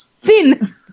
Thin